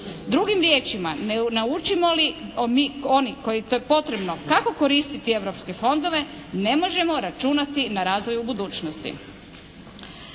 Drugim riječima ne naučimo li mi, oni to je potrebno kako koristiti europske fondove, ne možemo računati na razvoj u budućnosti.